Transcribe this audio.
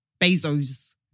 Bezos